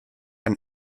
and